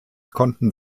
konnten